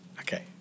Okay